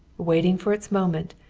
waiting for its moment,